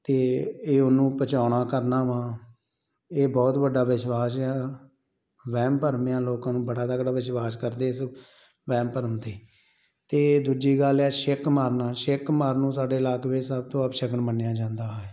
ਅਤੇ ਇਹ ਉਹਨੂੰ ਪਹੁੰਚਾਉਣਾ ਕਰਨਾ ਵਾ ਇਹ ਬਹੁਤ ਵੱਡਾ ਵਿਸ਼ਵਾਸ ਆ ਵਹਿਮ ਭਰਮ ਆ ਲੋਕਾਂ ਨੂੰ ਬੜਾ ਤਕੜਾ ਵਿਸ਼ਵਾਸ ਕਰਦੇ ਇਸ ਵਹਿਮ ਭਰਮ 'ਤੇ ਅਤੇ ਦੂਜੀ ਗੱਲ ਹੈ ਛਿੱਕ ਮਾਰਨਾ ਛਿੱਕ ਮਾਰਨ ਨੂੰ ਸਾਡੇ ਇਲਾਕੇ ਵਿੱਚ ਸਭ ਤੋਂ ਅਪਸ਼ਗਨ ਮੰਨਿਆ ਜਾਂਦਾ ਹੈ